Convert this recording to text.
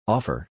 Offer